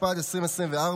התשפ"ד 2024,